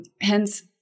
hence